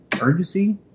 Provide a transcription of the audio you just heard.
urgency